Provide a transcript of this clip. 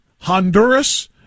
Honduras